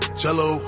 cello